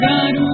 God